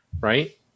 right